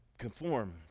conform